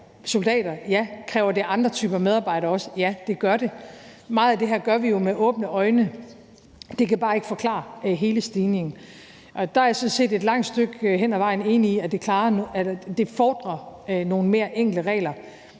soldater? Ja. Kræver det også andre typer medarbejdere? Ja, det gør det. Meget af det her gør vi jo med åbne øjne; det kan bare ikke forklare hele stigningen. Og der er jeg sådan set et langt stykke ad vejen enig i, at det fordrer nogle mere enkle regler.